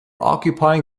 occupying